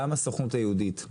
גם הסוכנות היהודית,